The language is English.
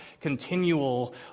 continual